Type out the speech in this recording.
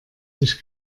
sich